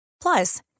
Plus